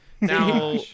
Now